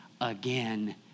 again